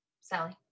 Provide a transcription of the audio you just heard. Sally